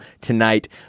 tonight